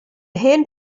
hen